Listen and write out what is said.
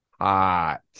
hot